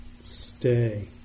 stay